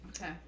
Okay